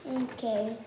Okay